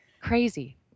Crazy